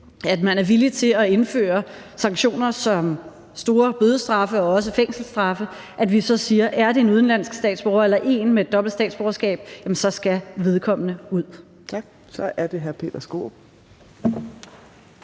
at man er villig til at indføre sanktioner såsom store bødestraffe og også fængselsstraffe, så siger vi: Er det en udenlandsk statsborger eller en med dobbelt statsborgerskab, skal vedkommende ud. Kl. 16:59 Fjerde